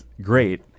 great